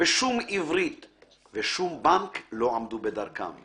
ושום עברית / ושום בנק / לא עמדו בדרכם /